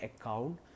account